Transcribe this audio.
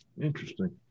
Interesting